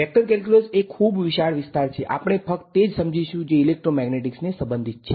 vector calculus એ ખૂબ વિશાળ વિસ્તાર છે આપણે ફક્ત તે જ સમજીશુ જે ઇલેક્ટ્રોમેગ્નેટિક્સને સંબંધિત છે